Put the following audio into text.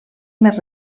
més